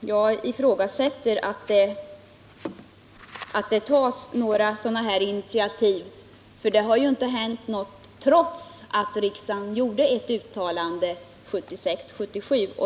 Jag ifrågasätter det. Det har ju inte hänt något trots att riksdagen gjorde ett uttalande 1976/77.